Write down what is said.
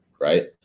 right